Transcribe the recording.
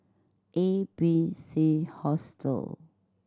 A B C Hostel